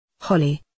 Holly